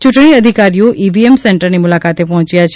ચૂંટણી અધિકારીઓ ઈવીએમ સેન્ટરની મુલાકાતે પહોંચયા છે